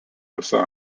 visa